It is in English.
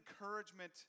encouragement